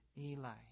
Eli